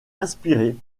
inspirée